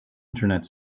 internet